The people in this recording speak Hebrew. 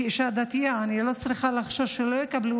כאישה דתייה אני לא צריכה לחשוש שלא יקבלו